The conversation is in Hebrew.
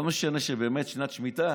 לא משנה שזו באמת שנת שמיטה,